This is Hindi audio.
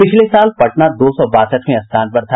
पिछले साल पटना दो सौ बासठवें स्थान पर था